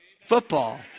football